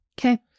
Okay